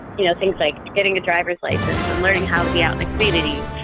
you know, things like getting a driver's license and learning how to be out in the community.